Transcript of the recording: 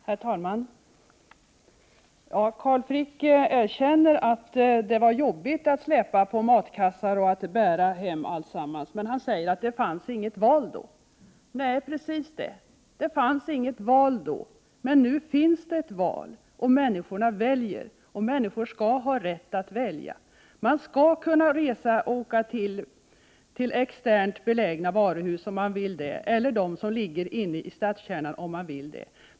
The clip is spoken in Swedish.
Herr talman! Carl Frick erkänner att det var jobbigt att släpa på matkassar och att bära hem alltsammans. Men han säger att det inte fanns något val då. Nej, det fanns inget val då. Men nu finns det ett val, och människor väljer. Människor skall ha rätt att välja. Man skall kunna åka till externt belägna varuhus om man vill eller till dem som ligger inne i storstäderna om man vill.